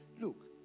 Look